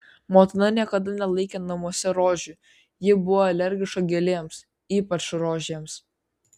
motina niekada nelaikė namuose rožių ji buvo alergiška gėlėms ypač rožėms